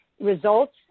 results